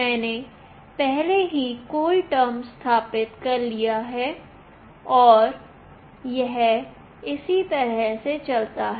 मैंने पहले ही कूल टर्म स्थापित कर लिया है और यह इसी तरह से चलता है